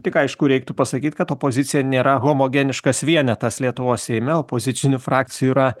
tik aišku reiktų pasakyt kad opozicija nėra homogeniškas vienetas lietuvos seime opozicinių frakcijų yra